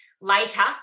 later